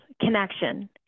connection